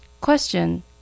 Question